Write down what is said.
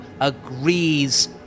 agrees